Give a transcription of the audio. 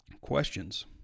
questions